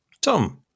Tom